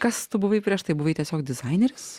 kas tu buvai prieš tai buvai tiesiog dizaineris